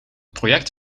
project